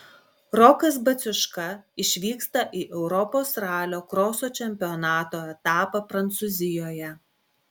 rokas baciuška išvyksta į europos ralio kroso čempionato etapą prancūzijoje